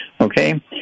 okay